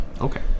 okay